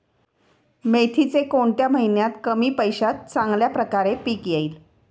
मेथीचे कोणत्या महिन्यात कमी पैशात चांगल्या प्रकारे पीक येईल?